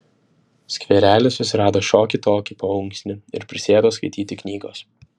skverely susirado šiokį tokį paunksnį ir prisėdo skaityti knygos